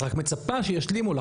את רק מצפה שישלימו לך את זה.